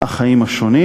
החיים השונים,